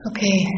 Okay